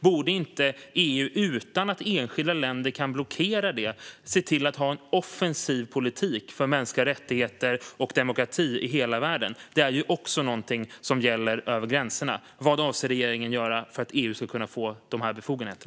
Borde inte EU, utan att enskilda länder kan blockera det, se till att ha en offensiv politik för mänskliga rättigheter och demokrati i hela världen? Det är ju också någonting som gäller över gränserna. Vad avser regeringen att göra för att EU ska kunna få dessa befogenheter?